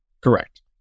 Correct